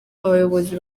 abayobozi